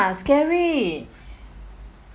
uh scary